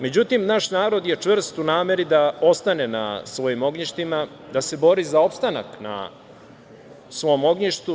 Međutim, naš narod je čvrst u nameri da ostane na svojim ognjištima, da se bori za opstanak na svom ognjištu.